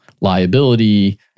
liability